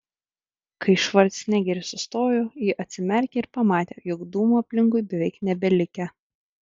kai švarcnegeris sustojo ji atsimerkė ir pamatė jog dūmų aplinkui beveik nebelikę